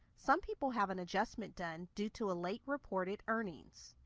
some people have an adjustment done due to a late reported earnings.